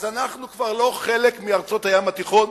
אז אנחנו כבר לא חלק מארצות הים התיכון,